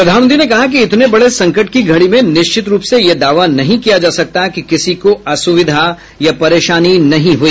प्रधानमंत्री ने कहा कि इतने बड़े संकट की घड़ी में निश्चित रूप से यह दावा नहीं किया जा सकता कि किसी को असुविधा या परेशानी नहीं हुई